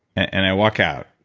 and i walk out.